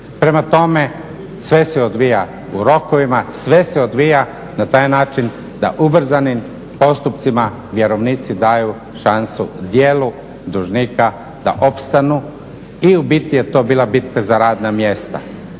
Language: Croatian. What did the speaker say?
Prema tome, sve se odvija u rokovima, sve se odvija na taj način da ubrzanim postupcima vjerovnici daju šansu dijelu dužnika da opstanu i u biti je to bila bitka za radna mjesta.